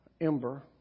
ember